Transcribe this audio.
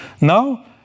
Now